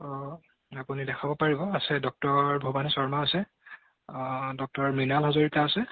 অঁ আপুনি দেখাব পাৰিব আছে ডক্টৰ ভৱানী শৰ্মা আছে ডক্টৰ মৃণাল হাজৰিকা আছে